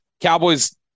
Cowboys